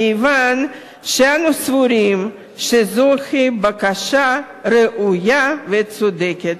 כיוון שאנו סבורים שזוהי בקשה ראויה וצודקת.